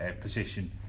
position